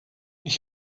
ich